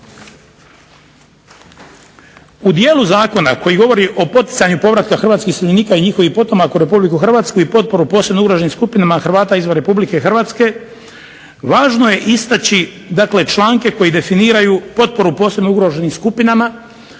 U dijelu zakona koji govori o poticanju povratka hrvatskih iseljenika i njihovih potomaka u Republiku Hrvatsku i potporu posebno ugroženih skupina Hrvata izvan Republike Hrvatske važno je istaći, dakle članke koji definiraju potporu posebno ugroženim skupinama.